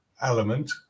element